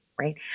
Right